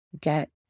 get